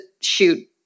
shoot